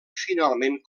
finalment